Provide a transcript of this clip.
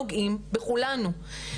נוגעים בכולנו.